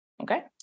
Okay